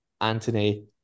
Anthony